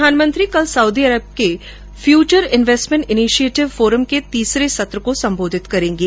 प्रधानमंत्री कल Saudi Arab के फ्यूचर इन्वेस्टमेंट इनिशिएटिव फोरम के तीसरे सत्र को सम्बोधित करेंगे